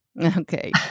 Okay